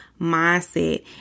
mindset